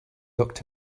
looked